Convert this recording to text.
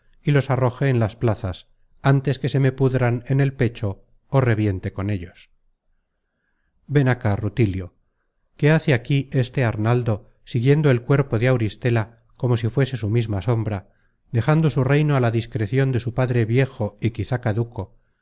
y los arroje en las plazas ántes que se me pudran en el pecho ó reviente con ellos ven acá rutilio qué hace aquí este arnaldo siguiendo el cuerpo de auristela como si fuese su misma sombra dejando su reino á la discrecion de su padre viejo y quizá caduco